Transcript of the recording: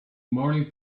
morning